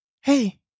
Hey